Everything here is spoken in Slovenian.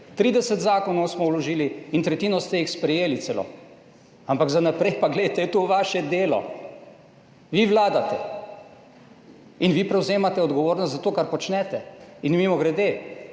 30 zakonov smo vložili in tretjino ste jih sprejeli, celo. Ampak za naprej pa, glejte, je to vaše delo. Vi vladate in vi prevzemate odgovornost za to kar počnete. In mimogrede,